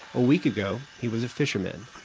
a week ago, he was a fisherman